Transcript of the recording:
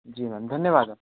जी ma'am धन्यवाद ma'am